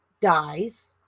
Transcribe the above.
dies